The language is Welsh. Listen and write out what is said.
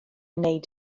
wneud